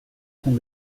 com